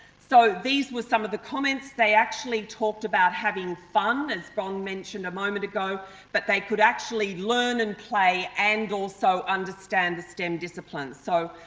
so, these were some of the comments. they actually talked about having fun as bron mentioned a moment ago but they could actually learn and play and also understand the stem disciplines. so,